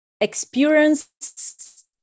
experience